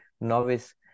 novice